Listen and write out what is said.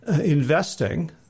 investing